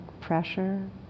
pressure